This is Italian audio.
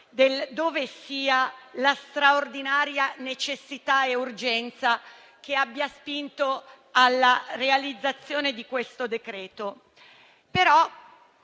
dove sia la straordinaria necessità e urgenza che ha spinto alla realizzazione di questo decreto,